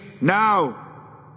now